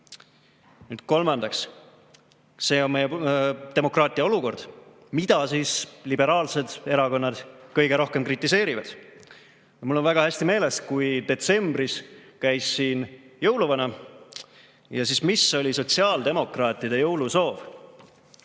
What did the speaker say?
Kolmandaks, meie demokraatia olukord. Mida liberaalsed erakonnad kõige rohkem kritiseerivad? Mul on väga hästi meeles, kui detsembris käis siin jõuluvana. Mis oli siis sotsiaaldemokraatide jõulusoov?